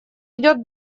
идет